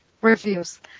reviews